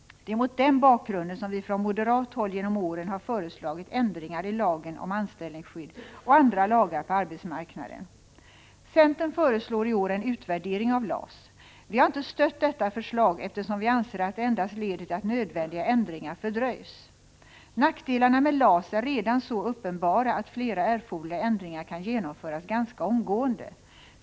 Det är mot den bakgrunden som vi från moderat håll genom åren har föreslagit ändringar i lagen om anställningsskydd och andra lagar på 31 arbetsmarknaden. Centern föreslår i år en utvärdering av LAS. Vi har inte stött detta förslag, eftersom vi anser att det endast leder till att nödvändiga ändringar fördröjs. Nackdelarna med LAS är redan så uppenbara att flera erforderliga ändringar kan genomföras ganska omgående.